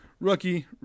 rookie